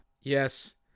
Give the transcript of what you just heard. Yes